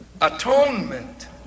atonement